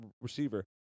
receiver